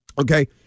Okay